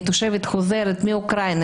היא תושבת חוזרת מאוקראינה,